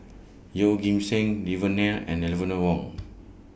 Yeoh Ghim Seng Devan Nair and Eleanor Wong